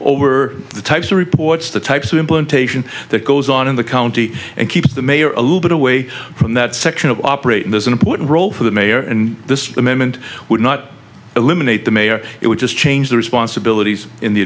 over the types of reports the types of implementation that goes on in the county and keep the mayor a little bit away from that section of operating as an important role for the mayor in this amendment would not eliminate the mayor it would just change the responsibilities in the